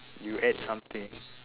you add something